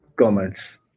comments